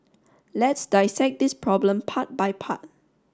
let's dissect this problem part by part